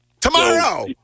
Tomorrow